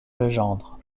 legendre